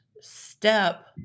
step